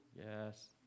Yes